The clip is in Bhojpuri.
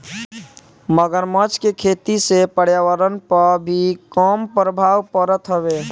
मगरमच्छ के खेती से पर्यावरण पअ भी कम प्रभाव पड़त हवे